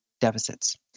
deficits